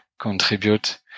contribute